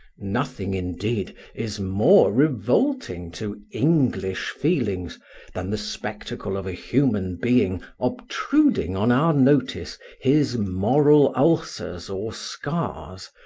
nothing, indeed, is more revolting to english feelings than the spectacle of a human being obtruding on our notice his moral ulcers or scars,